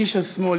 איש השמאל,